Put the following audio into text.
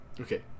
Okay